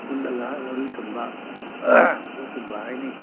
ꯍꯨꯠꯂꯒ ꯂꯧꯔꯤ ꯊꯨꯝꯕ ꯂꯨ ꯊꯨꯝꯕ ꯍꯥꯏꯅꯩ